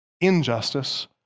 injustice